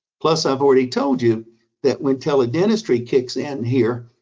plus, i've already told you that when tele-dentistry kicks in here,